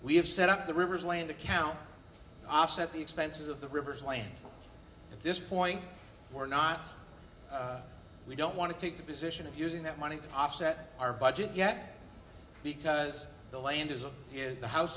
we have set up the rivers land account offset the expenses of the rivers land at this point or not we don't want to take the position of using that money to offset our budget yet because the land isn't in the house